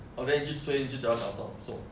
oh then 你就所以你就早早送送